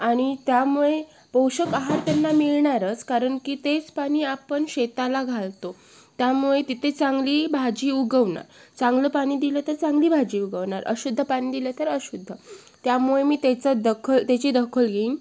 आणि त्यामुळे पोषक आहार त्यांना मिळणारच कारण की तेच पाणी आपण शेताला घालतो त्यामुळे तिथे चांगली भाजी उगवणार चांगलं पाणी दिलं तर चांगली भाजी उगवणार अशुद्ध पाणी दिलं तर अशुद्ध त्यामुळे मी त्याचं दखल त्याची दखल घेईन